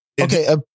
Okay